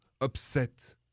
upset